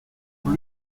vous